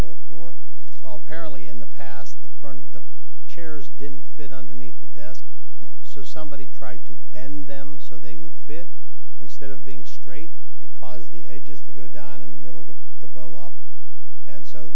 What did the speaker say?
whole floor all apparently in the past the front the chairs didn't fit underneath the desk so somebody tried to bend them so they would fit instead of being straight because the edges to go down in the middle to blow up and so